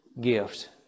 gift